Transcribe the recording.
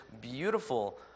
beautiful